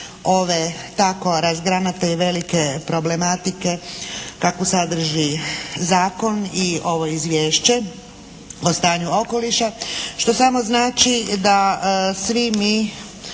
ove tako razgranate i velike problematike kakvu sadrži zakon i ovo izvješće o stanju okoliša, što samo znači da svi mi